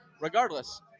regardless